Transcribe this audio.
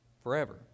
forever